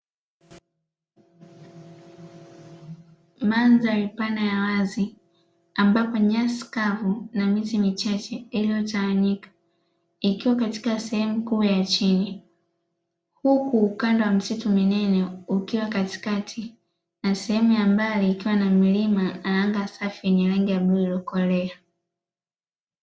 Mandhari pana ya wazi ambapo nyasi kavu na miti michache iliyotawanyika ikiwa katika sehemu kuu ya chini, huku ukando ya msitu mnene ukiwa katikati na sehemu ya mbali ikiwa na milima na anga safi ya bluu iliyokolea.